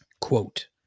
Quote